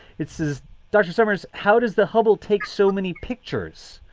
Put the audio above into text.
it says dr. summers, how does the hubble take so many pictures?